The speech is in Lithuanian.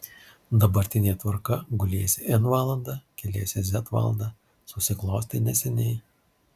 dabartinė tvarka guliesi n valandą keliesi z valandą susiklostė neseniai